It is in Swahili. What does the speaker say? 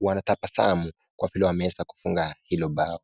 wanatabasamu kwavile wameweza kufunga hilo bao.